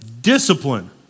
Discipline